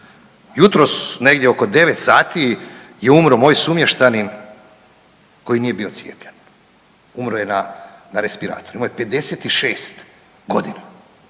Jutros negdje oko 9 sati je umro moj sumještanin koji nije bio cijepljen, umro je na respiratoru, imao je 56.g.